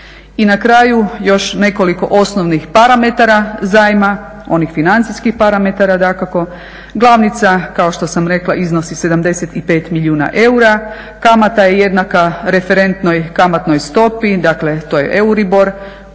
I na kraju još nekoliko osnovnih parametara zajma, onih financijskih parametara dakako, glavnica kao što sam rekla iznosi 75 milijuna eura, kamata je jednaka referentnoj kamatnoj stopi, dakle to je Euribor